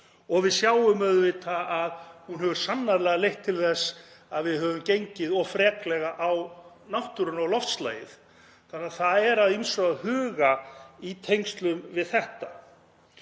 og við sjáum auðvitað að hún hefur sannarlega leitt til þess að við höfum gengið of freklega á náttúruna og loftslagið. Það er því að ýmsu að huga í tengslum við þetta.